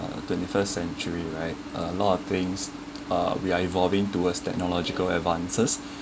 uh twenty first century right a lot of things uh we are evolving towards technological advances